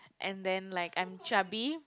and then like I'm chubby